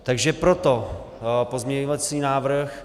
Takže proto pozměňovací návrh.